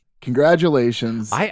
congratulations